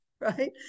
Right